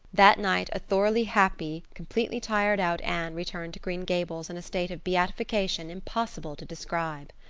that night a thoroughly happy, completely tired-out anne returned to green gables in a state of beatification impossible to describe.